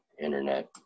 internet